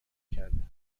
کرده